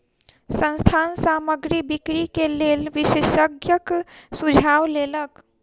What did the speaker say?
संस्थान सामग्री बिक्री के लेल विशेषज्ञक सुझाव लेलक